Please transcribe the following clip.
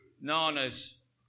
nanas